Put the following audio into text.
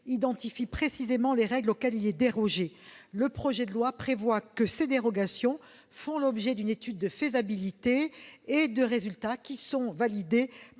identifie précisément les règles auxquelles il est dérogé. Le projet de loi prévoit que ces dérogations font l'objet d'une étude de faisabilité et de résultats validée